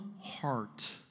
heart